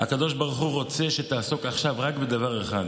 הקדוש ברוך הוא רוצה שתעסוק עכשיו רק בדבר אחד,